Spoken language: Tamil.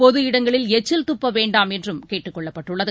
பொது இடங்களில் எச்சில் துப்பவேண்டாம் என்றும் கேட்டுக் கொள்ளப்பட்டுள்ளது